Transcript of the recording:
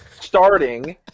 starting